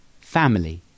Family